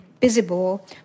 visible